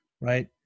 right